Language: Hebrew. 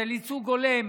של ייצוג הולם